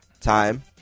time